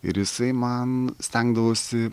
ir jisai man stengdavosi